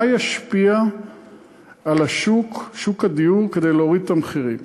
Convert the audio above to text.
מה ישפיע על שוק הדיור כדי להוריד את המחירים.